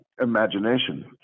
imagination